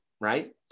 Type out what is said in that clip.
Right